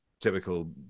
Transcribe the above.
typical